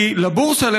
כי לבורסה,